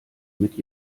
mit